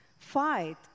fight